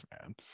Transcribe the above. man